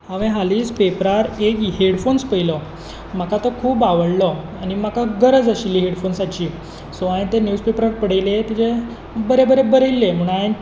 हांवें हालींच पेपरार एक हेडफोन्स पळयलो म्हाका तो खूब आवडलो आनी म्हाका गरज आशिल्ली हेडफोन्साची सो हांवें ते न्यूज पेपरार पळयलें तेजें बरें बरें बरयल्लें